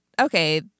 okay